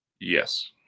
Yes